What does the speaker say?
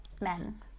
men